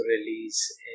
release